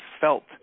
felt